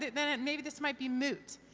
then maybe this might be moot,